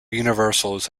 universals